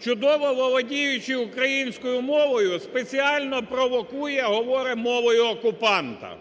чудово володіючи українською мовою, спеціально провокує і говорить мовою окупанта.